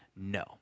No